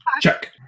Check